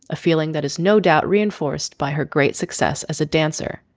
a feeling that is no doubt reinforced by her great success as a dancer